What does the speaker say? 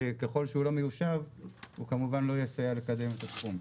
שככל שהיא לא מיושבת היא כמובן לא תסייע לקדם את התחום.